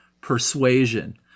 persuasion